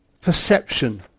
perception